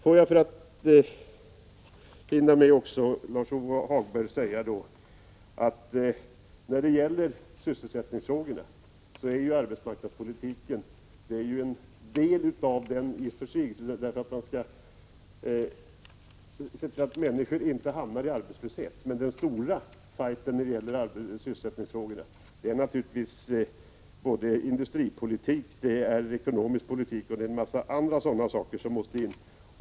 Får jag för att hinna med också Lars-Ove Hagberg säga att arbetsmarknadspolitiken i och för sig utgör en viktig del när det gäller sysselsättningsfrågorna och arbetet med att se till att människor inte hamnar i arbetslöshet, men i den stora ”fighten” när det gäller sysselsättningen måste naturligtvis industripolitik, ekonomisk politik och annat sådant komma in.